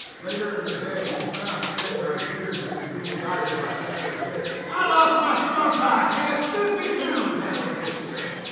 later in the day he found shanghai pierce, who was being guided by caddo jake. ah lost my skunk hides, had fifty two, caddo jake said.